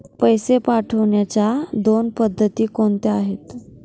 पैसे पाठवण्याच्या दोन पद्धती कोणत्या आहेत?